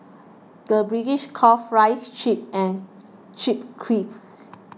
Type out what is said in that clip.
the British calls Fries Chips and Chips Crisps